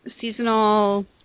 seasonal